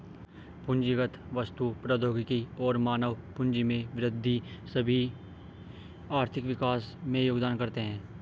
पूंजीगत वस्तु, प्रौद्योगिकी और मानव पूंजी में वृद्धि सभी आर्थिक विकास में योगदान करते है